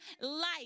life